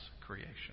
creation